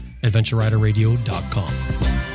adventureriderradio.com